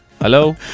hello